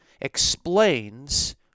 explains